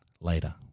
later